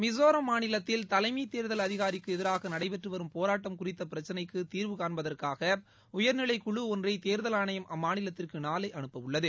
மிசோரம் மாநிலத்தில் தலைமை தேர்தல் அதிகாரிக்கு எதிராக நடைபெற்று வரும் போராட்டம் குறித்த பிரச்சனைக்கு தீர்வு காண்பதற்காக உயர்நிலை குழு ஒன்றை தேர்தல் ஆணையம் அம்மாநிலத்திற்கு நாளை அனுப்பவுள்ளது